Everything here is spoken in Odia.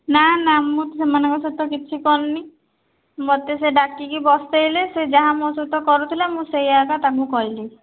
ନା ନା ମୁଁ ସେମାନଙ୍କ ସହିତ କିଛି କରିନି ମୋତେ ସେ ଡାକିକି ବସାଇଲେ ସେ ଯାହା ମୋ ସହିତ କରୁଥିଲା ମୁଁ ସେଇଆ ଏକା ତାଙ୍କୁ କହିଲି